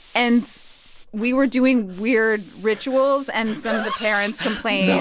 and we were doing weird rituals. and some of the parents complained. no.